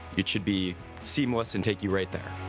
it should be seamless and take you right there.